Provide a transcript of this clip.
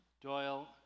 doyle